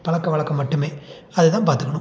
பழக்கவழக்கம் மட்டுமே அதுதான் பார்த்துக்கணும்